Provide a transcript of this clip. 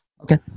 Okay